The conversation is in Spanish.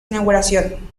inauguración